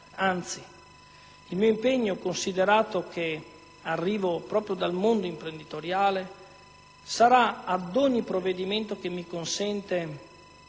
Anzi, il mio impegno, considerato che vengo proprio dal mondo imprenditoriale, sarà, ad ogni provvedimento che mi consente